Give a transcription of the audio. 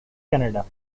canada